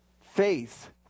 faith